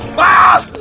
wow!